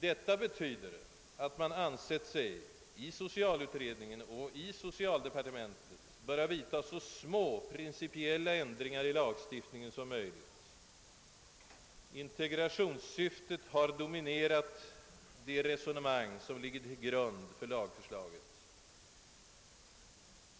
Detta betyder att man ansett sig, i socialutredningen och i socialdepartementet, böra vidta så små principiella ändringar i lagstiftningen som möjligt. Integrationssyftet har dominerat de resonemang, som ligger till grund för lagförslaget.